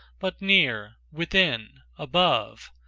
but near, within, above,